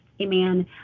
Amen